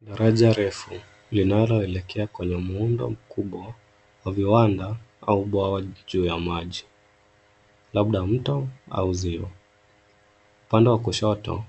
Daraja refu linaloelekea kwenye muundo mkubwa wa viwanda au bwawa juu ya maji, labda mto au ziwa. Upande wa kushoto